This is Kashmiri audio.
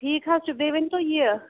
ٹھیٖک حظ چھُ بیٚیہِ ؤنۍتو یہِ